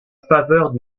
faveur